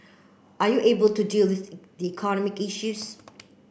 are you able to deal with economic issues